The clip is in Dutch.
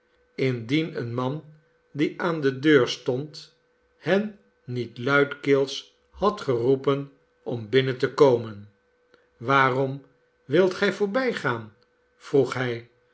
indien een man die aan de deur stond hen niet luidkeels had geroepen om binnen te komen waarom wildet gij voorbijgaan vroeg hij